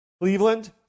Cleveland